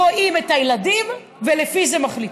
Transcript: רואים את הילדים, ולפי זה מחליטים.